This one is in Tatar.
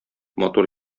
матур